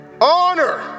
honor